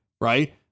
Right